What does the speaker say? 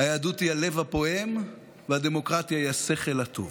היהדות היא הלב הפועם, והדמוקרטיה היא השכל הטוב.